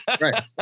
Right